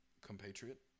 compatriot